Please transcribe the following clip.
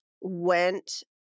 went